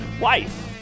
wife